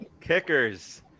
Kickers